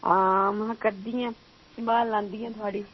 हां में करदी हां सम्भाल लादीं हां थुआढ़ी